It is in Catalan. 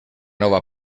nova